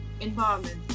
environment